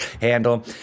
handle